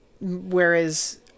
Whereas